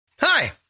Hi